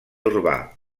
urbà